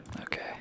Okay